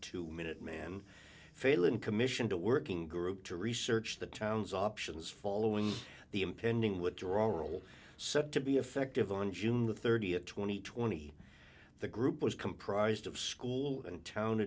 two minuteman failon commissioned a working group to research the town's options following the impending withdrawal set to be effective on june the th two thousand and twenty the group was comprised of school and town